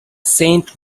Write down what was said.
saint